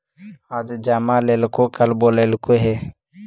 आज जमा लेलको कल बोलैलको हे?